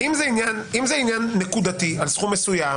אם זה עניין נקודתי על סכום מסוים,